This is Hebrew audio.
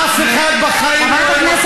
אף אחד בחיים לא ימצא